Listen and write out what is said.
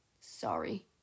Sorry